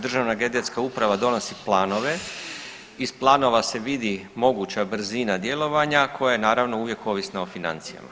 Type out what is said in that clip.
Državna geodetska uprava donosi planove, iz planova se vidi moguća brzina djelovanja koja je naravno uvijek ovisna o financijama.